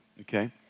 okay